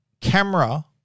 camera